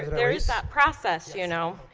there is that process you know